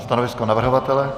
Stanovisko navrhovatele?